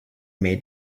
may